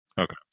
Okay